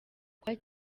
kwa